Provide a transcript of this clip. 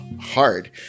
hard